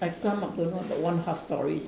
I climbed up don't know about one half stories